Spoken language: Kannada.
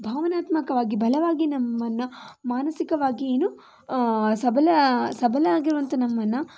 ಭಾವನಾತ್ಮಕವಾಗಿ ಬಲವಾಗಿ ನಮ್ಮನ್ನು ಮಾನಸಿಕವಾಗಿ ಏನೋ ಸಬಲ ಸಬಲ ಆಗಿರುವಂಥ ನಮ್ಮನ್ನು